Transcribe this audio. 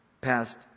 passed